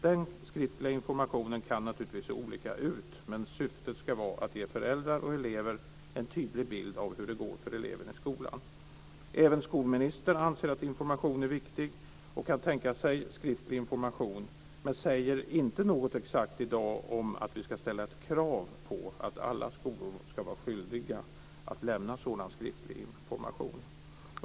Den skriftliga informationen kan naturligtvis se olika ut, men syftet ska vara att ge föräldrar och elever en tydlig bild av hur det går för eleven i skolan. Även skolministern anser att information är viktig och kan tänka sig skriftlig information men säger inte något exakt i dag om att vi ska ställa krav på att alla skolor ska vara skyldiga att lämna sådan skriftlig information.